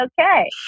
okay